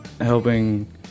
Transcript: helping